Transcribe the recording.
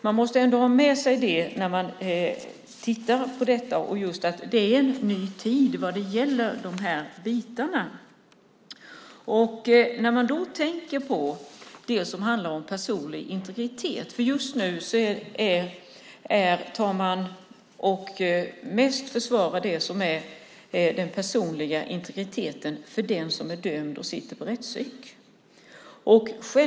Man måste ha med sig det när man tittar på detta. Det är en ny tid när det gäller dessa saker. Just nu försvarar man mest den personliga integriteten för den som är dömd till rättspsykiatrisk vård.